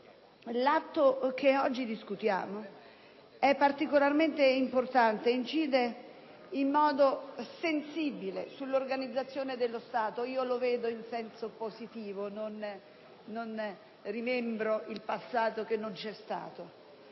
l'atto che stiamo discutendo è particolarmente importante e incide in modo sensibile sull'organizzazione dello Stato. Lo vedo in senso positivo e non rimembro il passato che non c'è stato.